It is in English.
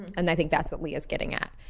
and i think that's what leah's getting at.